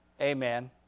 amen